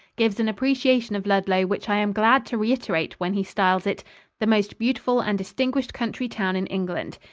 gives an appreciation of ludlow which i am glad to reiterate when he styles it the most beautiful and distinguished country town in england.